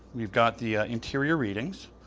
we've got the interior readings,